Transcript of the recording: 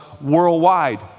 worldwide